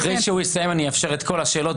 אחרי שהוא יסיים אני אאפשר את כל השאלות,